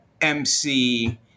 MC